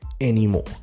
anymore